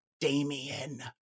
Damien